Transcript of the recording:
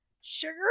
sugar